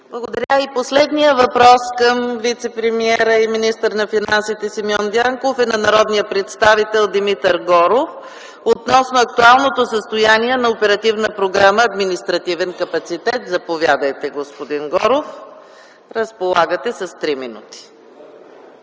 Благодаря. Последният въпрос към вицепремиера и министър на финансите Симеон Дянков е от народния представител Димитър Горов относно актуалното състояние на Оперативна програма „Административен капацитет”. Заповядайте, господин Горов. ДИМИТЪР ГОРОВ